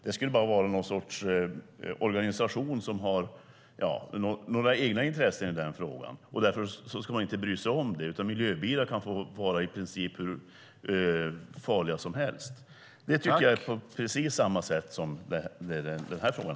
Det skulle bara vara någon sorts organisation som har några egna intressen i den frågan, och därför ska man inte bry sig om det. Miljöbilar kan få vara i princip hur farliga som helst. Det är på precis på samma sätt som i den här frågan.